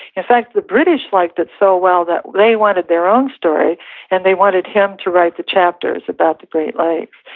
in fact, the british liked it so well that they wanted their own story and they wanted him to write the chapters about the great like